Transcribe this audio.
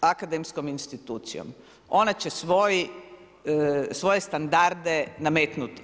akademskom institucijom, ona će svoje standarde nametnuti.